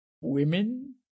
Women